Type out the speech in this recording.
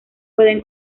puede